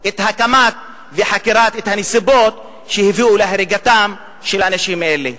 את חקירת הנסיבות שהביאו להריגתם של האנשים האלה.